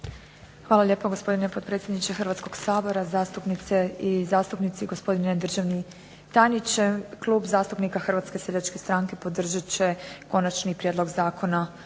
Hvala lijepo, gospodine potpredsjedniče Hrvatskoga sabora. Zastupnice i zastupnici, gospodine državni tajniče. Klub zastupnika Hrvatske seljačke stranke podržat će Konačni prijedlog zakona